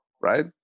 right